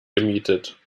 gemietet